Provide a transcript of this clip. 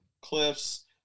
cliffs